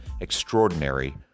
extraordinary